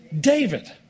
David